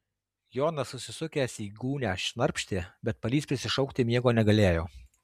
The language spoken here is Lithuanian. jonas susisukęs į gūnią šnarpštė bet palys prisišaukti miego negalėjo